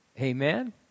Amen